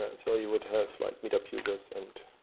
and so you would have like meet up users and